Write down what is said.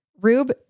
Rube